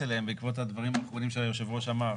אליהן בעקבות הדברים האחרונים שהיושב-ראש אמר.